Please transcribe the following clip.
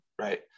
right